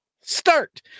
Start